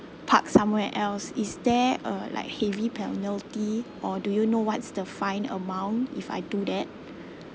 park somewhere else is there uh like heavy penalty or do you know what's the fine amount if I do that